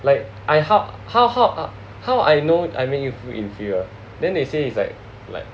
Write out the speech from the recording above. like I how how how ah how I know I make you feel inferior then they say it's like like